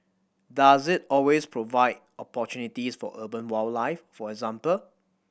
does it always provide opportunities for urban wildlife for example